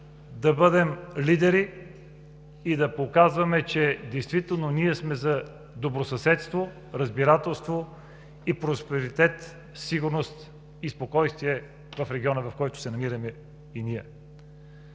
да бъдем лидери и да показваме, че действително ние сме за добросъседство, разбирателство и просперитет, сигурност и спокойствие в региона, в който се намираме и ние.